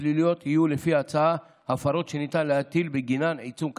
פליליות יהיו לפי ההצעה הפרות שניתן להטיל בגינן עיצום כספי.